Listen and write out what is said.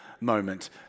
moment